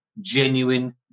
genuine